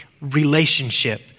relationship